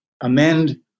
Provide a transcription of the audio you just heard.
amend